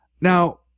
Now